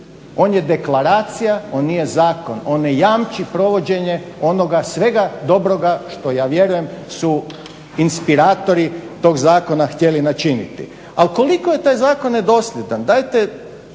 on je deklaracija, on nije zakon on ne jamči provođenje onoga svega dobroga što ja vjerujem su inspiratori tog zakona htjeli načiniti. Ali koliko je taj zakon nedosljedan,